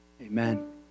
Amen